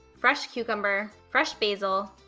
fresh cucumber, fresh basil,